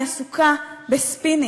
היא עסוקה בספינים,